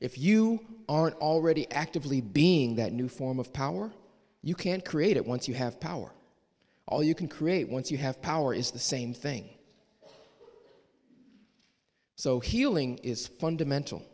if you aren't already actively being that new form of power you can't create it once you have power all you can create once you have power is the same thing so healing is fundamental